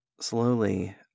Slowly